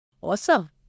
Awesome